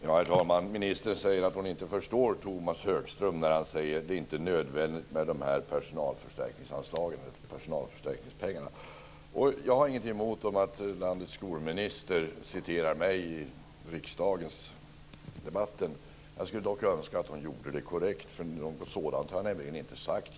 Herr talman! Ministern säger att hon inte förstår Tomas Högström när han säger att det inte är nödvändigt med de här personalförstärkningsanslagen, personalförstärkningspengarna. Jag har inget emot att landets skolminister citerar mig i riksdagsdebatten. Jag skulle dock önska att hon gjorde det korrekt. Något sådant har jag nämligen inte sagt.